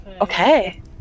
Okay